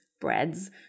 breads